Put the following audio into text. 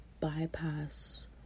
bypass